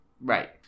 Right